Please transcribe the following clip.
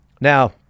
now